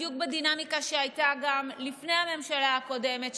בדיוק בדינמיקה שהייתה גם לפני הממשלה הקודמת,